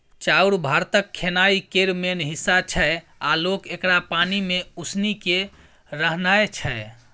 चाउर भारतक खेनाइ केर मेन हिस्सा छै आ लोक एकरा पानि मे उसनि केँ रान्हय छै